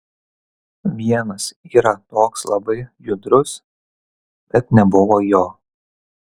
vienas yra toks labai judrus bet nebuvo jo